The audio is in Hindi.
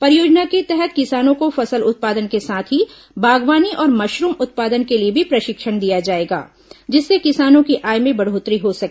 परियोजना के तहत किसानों को फसल उत्पादन के साथ ही बागवानी और मशरूम उत्पादन के लिए भी प्रशिक्षण दिया जाएगा जिससे किसानों की आय में बढ़ोत्तरी हो सके